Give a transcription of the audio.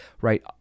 right